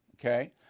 okay